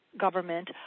government